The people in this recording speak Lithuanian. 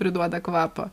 priduoda kvapo